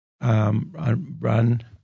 run